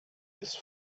ist